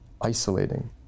isolating